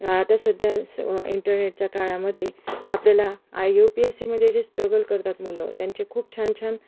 आता सध्या स इंटरनेटच्या काळामध्ये आपल्याला आय यू पी एस सीमध्ये जे स्ट्रगल करतात मुलं त्यांचे खूप छान छान